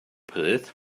pryd